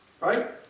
right